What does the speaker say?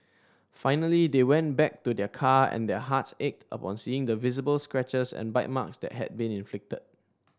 finally they went back to their car and their hearts ached upon seeing the visible scratches and bite marks that had been inflicted